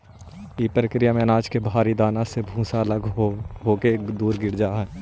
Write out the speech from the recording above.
इ प्रक्रिया में अनाज के भारी दाना से भूसा अलग होके दूर गिर जा हई